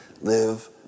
live